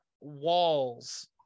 walls